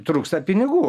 trūksta pinigų